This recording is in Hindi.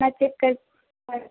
मैं चेक कर पढ़